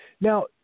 now